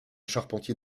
charpentier